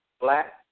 black